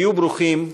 היו ברוכים.